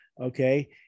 okay